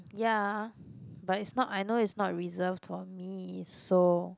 ya but it's not I know it's not reserved for me so